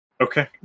Okay